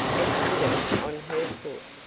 and put it on her foot.